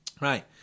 Right